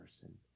person